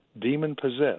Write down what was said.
demon-possessed